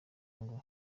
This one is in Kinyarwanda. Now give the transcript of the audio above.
ngo